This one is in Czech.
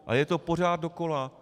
Ale je to pořád dokola.